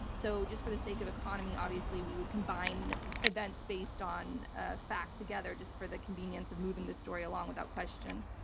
so just for the sake of economy, obviously we would combine events based on ah fact together just for the convenience of moving the story along, without question.